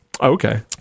Okay